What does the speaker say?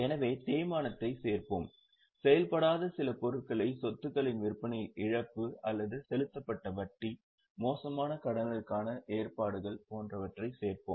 எனவே தேய்மானத்தைச் சேர்ப்போம் செயல்படாத சில பொருட்களை சொத்துக்களின் விற்பனையில் இழப்பு அல்லது செலுத்தப்பட்ட வட்டி மோசமான கடன்களுக்கான ஏற்பாடுகள் போன்றவற்றைச் சேர்ப்போம்